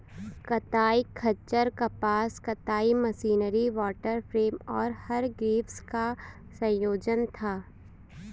कताई खच्चर कपास कताई मशीनरी वॉटर फ्रेम तथा हरग्रीव्स का संयोजन था